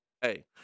Hey